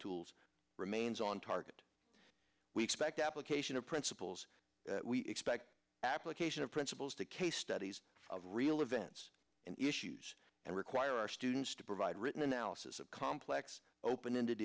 tools remains on target we expect application of principles we expect application of principles to case studies of real events and issues and require our students to provide written analysis of complex open ended